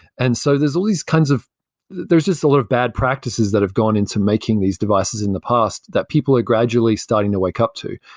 and so there's all these kinds of there's just a lot of bad practices that have gone into making these devices in the past, that people are gradually starting to wake up to.